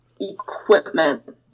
equipment